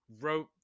wrote